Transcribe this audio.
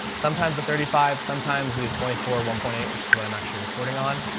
sometimes the thirty five, sometimes the twenty four one point eight, which is what i'm actually recording on